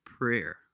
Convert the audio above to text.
prayer